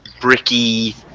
bricky